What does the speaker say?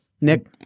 Nick